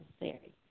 necessary